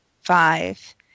five